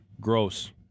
Gross